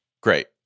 Great